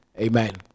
Amen